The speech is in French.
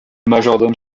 majordome